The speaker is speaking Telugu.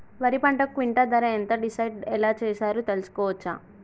వరి పంటకు క్వింటా ధర ఎంత డిసైడ్ ఎలా చేశారు తెలుసుకోవచ్చా?